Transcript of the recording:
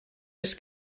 les